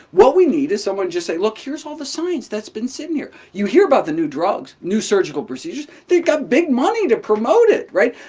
what we need is someone to just say, look, here's all the science that's been sitting here. you hear about the new drugs, new surgical procedures. they've got big money to promote it, right?